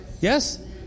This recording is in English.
Yes